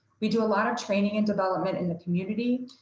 we do a lot of training and development in the community.